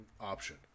option